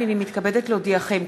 הנני מתכבדת להודיעכם,